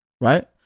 Right